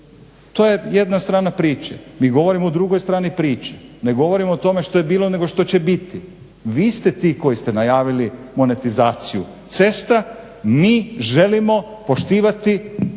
to je jedna strana priče. Mi govorimo o drugoj strani priče. Ne govorimo o tome što je bilo nego što će biti. Vi ste ti koji ste najavili monetizaciju cesta. Mi želimo poštivati zakone